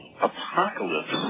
Apocalypse